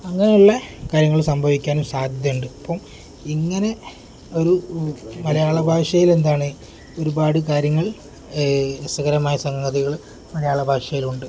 അങ്ങനെയുള്ള കാര്യങ്ങൾ സംഭവിക്കാനും സാധ്യതയുണ്ട് അപ്പം ഇങ്ങനെ ഒരു മലയാള ഭാഷയിൽ എന്താണ് ഒരുപാട് കാര്യങ്ങൾ രസകരമായ സംഗതികൾ മലയാള ഭാഷയിലുണ്ട്